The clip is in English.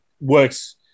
works